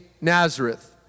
Nazareth